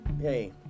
hey